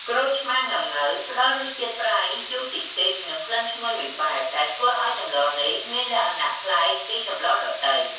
ក្រូចឆ្មាងុាំង៉ូវផ្ដល់រសជាតិប្រៃ ជូរតិចៗ និងក្លិនឈ្ងុយមួយបែប ដែលធ្វើឱ្យសម្លនេះមានលក្ខណៈប្លែកពីសម្លដទៃ។